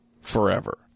forever